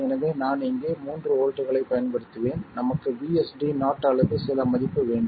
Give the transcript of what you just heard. எனவே நான் இங்கே 3 வோல்ட்களைப் பயன்படுத்துவேன் நமக்கு VSD0 அல்லது சில மதிப்பு வேண்டும்